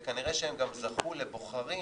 וכנראה, גם זכו לבוחרים